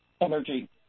energy